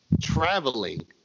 traveling